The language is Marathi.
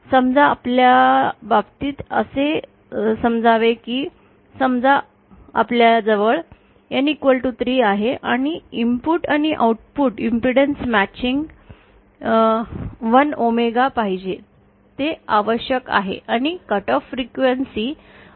समजा आपल्या बाबतीत असे समजावे की समजा आपल्याजवळ N3 आहे आणि इनपुट आणि आउटपुट इम्पेडन्स मॅचिंग 1 ओहम पाहिजे ते आवश्यक आहे आणि कट ऑफ फ्रीक्वेन्सी 1 हर्ट्ज पाहिजे